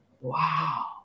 wow